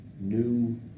new